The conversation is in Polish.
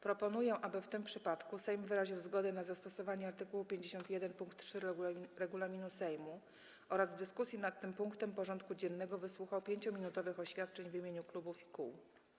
Proponuję, aby w tym przypadku Sejm wyraził zgodę na zastosowanie art. 51 pkt 3 regulaminu Sejmu oraz w dyskusji nad tym punktem porządku dziennego wysłuchał 5-minutowych oświadczeń w imieniu klubów i kół.